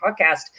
podcast